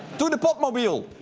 to the pop mobile!